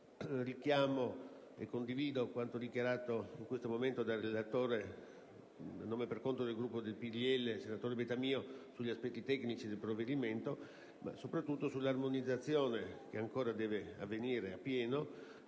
Richiamo e condivido quanto dichiarato in questo momento dal senatore Bettamio, a nome e per conto del Gruppo PdL, sugli aspetti tecnici del provvedimento ma, soprattutto, sull'armonizzazione, che ancora deve avvenire appieno,